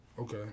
Okay